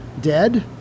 dead